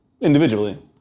individually